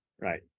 right